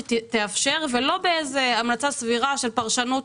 שתאפשר ולא בהמלצה סבירה של פרשנות,